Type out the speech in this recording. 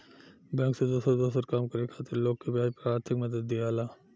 bank से दोसर दोसर काम करे खातिर लोग के ब्याज पर आर्थिक मदद दियाला